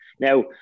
Now